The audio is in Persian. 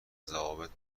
ضوابط